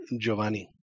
Giovanni